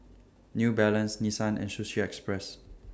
New Balance Nissan and Sushi Express